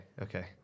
Okay